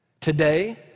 Today